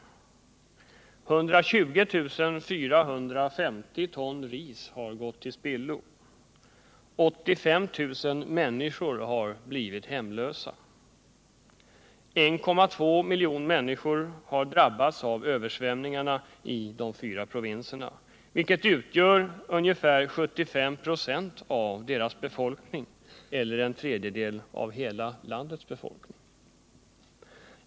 120 450 ton ris har gått till spillo. 85 000 människor har blivit hemlösa. 1,2 miljoner människor har drabbats av översvämningarna i de fyra provinserna, vilket utgör ungefär 75 96 av deras befolkning eller en tredjedel av hela landets befolkning.